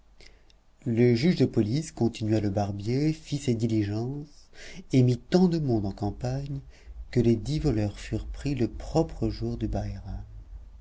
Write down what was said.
le juge de police continua le barbier fit ses diligences et mit tant de monde en campagne que les dix voleurs furent pris le propre jour du